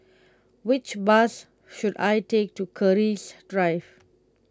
which bus should I take to Keris Drive